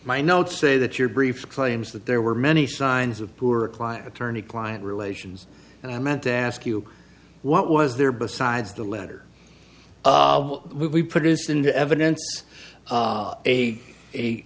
my notes say that your brief claims that there were many signs of poor client attorney client relations and i meant to ask you what was there besides the letter we produced into evidence a a